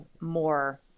more